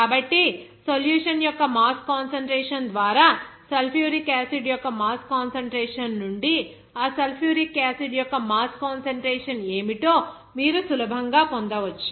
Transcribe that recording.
కాబట్టి సొల్యూషన్ యొక్క mass concentration ద్వారా సల్ఫ్యూరిక్ యాసిడ్ యొక్క మాస్ కాన్సంట్రేషన్ నుండి ఆ సల్ఫ్యూరిక్ యాసిడ్ యొక్క మాస్ ఫ్రాక్షన్ ఏమిటో మీరు సులభంగా పొందవచ్చు